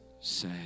say